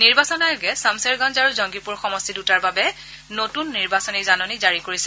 নিৰ্বাচন আয়োগে ছমছেৰগঞ্জ আৰু জংগীপুৰ সমষ্টি দূটাৰ বাবে নতুন নিৰ্বাচনী জাননী জাৰি কৰিছে